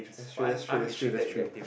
that's true that's true that's true that's true